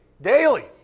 Daily